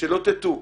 ושלא תטעו,